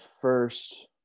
first